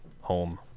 home